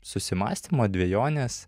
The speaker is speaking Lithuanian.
susimąstymo dvejonės